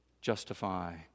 justify